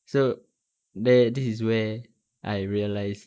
so there this is where I realised